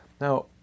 Now